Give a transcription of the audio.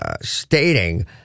stating